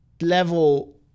level